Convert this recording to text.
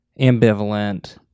ambivalent